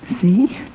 See